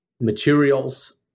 materials